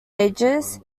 ages